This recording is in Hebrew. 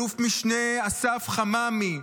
אל"מ אסף חממי,